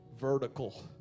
vertical